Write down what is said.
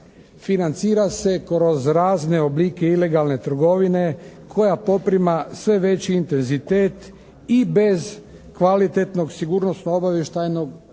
financira se kroz razne oblike ilegalne trgovine koja poprima sve veći intenzitet i bez kvalitetnog sigurnosno-obavještajnog